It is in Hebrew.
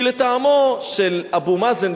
כי לטעמו של אבו מאזן,